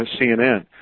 CNN